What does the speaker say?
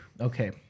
Okay